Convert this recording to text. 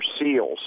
seals